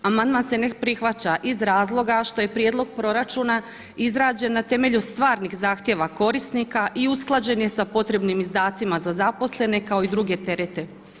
Amandman se ne prihvaća iz razloga što je prijedlog proračuna izrađen na temelju stvarnih zahtjeva korisnika i usklađen je sa potrebnim izdacima za zaposlene kao i druge terete.